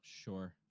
Sure